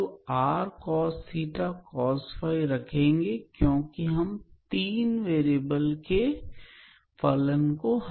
पुनः हम xrcoscos रखेंगे क्योकि यहाँ फलन 3 चरों का है